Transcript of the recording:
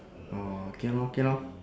oh okay lor okay lor